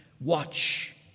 Watch